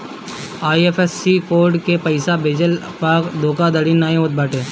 IFSC code से पइसा भेजला पअ धोखाधड़ी नाइ होत बाटे